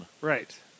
Right